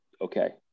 okay